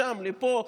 משם לפה,